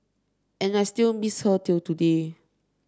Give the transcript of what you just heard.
and I still miss her till today